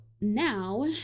now